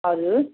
हजुर